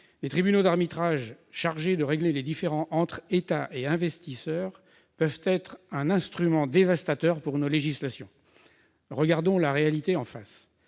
les tribunaux d'arbitrage, chargés de régler les différends entre États et investisseurs, peuvent être un instrument dévastateur pour nos législations. Regardons la réalité en face.